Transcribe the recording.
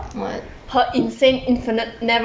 what